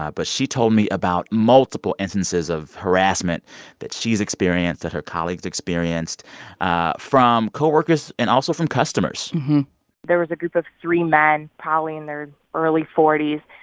ah but she told me about multiple instances of harassment that she's experienced, that her colleagues experienced ah from co-workers and also from customers there was a group of three men probably in their early forty s.